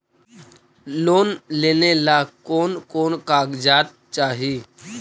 Loan लेने ला कोन कोन कागजात चाही?